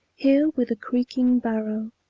here with a creaking barrow,